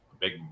big